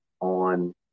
on